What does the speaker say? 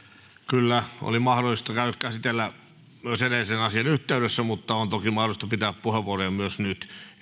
kyllä oli mahdollista käsitellä myös edellisen asian yhteydessä mutta on toki mahdollista pitää puheenvuoroja myös nyt